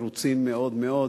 מרוצים מאוד מאוד,